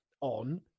on